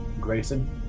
Grayson